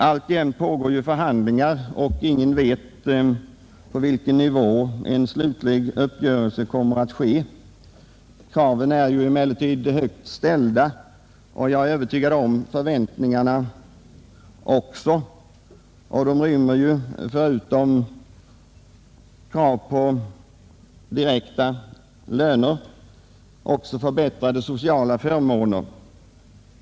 Alltjämt pågår förhandlingar, och ingen vet på vilken nivå en slutlig uppgörelse kommer att träffas. Kraven är ju emellertid högt ställda, och jag är övertygad om att förväntningarna också är det. De rymmer förutom krav på direkta löner också förbättrade sociala förmåner.